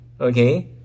Okay